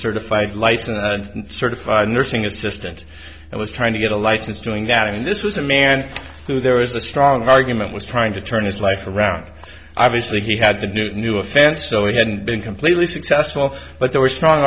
certified license certified nursing assistant and was trying to get a license doing that i mean this was a man who there was a strong argument was trying to turn his life around obviously he had a new offense so he hadn't been completely successful but there were strong